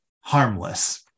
harmless